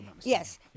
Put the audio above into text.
yes